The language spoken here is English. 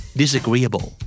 disagreeable